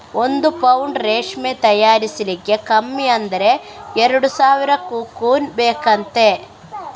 ಒಂದು ಪೌಂಡು ರೇಷ್ಮೆ ತಯಾರಿಸ್ಲಿಕ್ಕೆ ಕಮ್ಮಿ ಅಂದ್ರೆ ಎರಡು ಸಾವಿರ ಕಕೂನ್ ಬೇಕಂತೆ